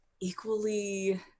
Equally